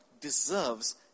deserves